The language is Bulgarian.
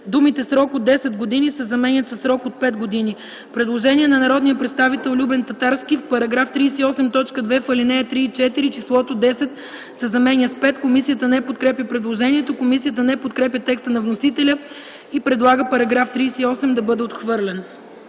думите „срок от 10 години” се заменят със „срок от 5 години”. Има предложение на народния представител Любен Татарски: В § 38, т. 2, в алинеи 3 и 4 числото „10” се заменя с „5”. Комисията не подкрепя предложението. Комисията не подкрепя текста на вносителя и предлага § 38 да бъде отхвърлен.